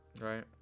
right